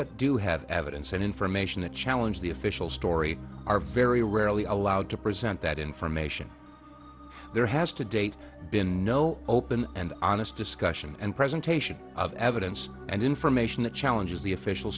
that do have evidence and information to challenge the official story are very rarely allowed to present that information there has to date been no open and honest discussion and presentation of evidence and information that challenges the official